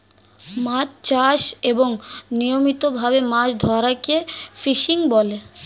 মাছ চাষ এবং নিয়মিত ভাবে মাছ ধরাকে ফিশিং বলে